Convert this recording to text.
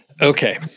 Okay